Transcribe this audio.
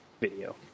video